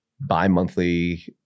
bi-monthly